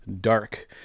Dark